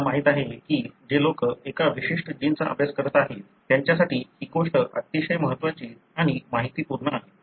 तुम्हाला माहिती आहे की जे लोक एका विशिष्ट जीनचा अभ्यास करत आहेत त्यांच्यासाठी ही गोष्ट अतिशय महत्त्वाची आणि माहितीपूर्ण आहे